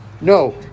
No